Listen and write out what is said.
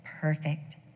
perfect